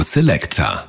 Selector